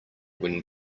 when